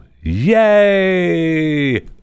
Yay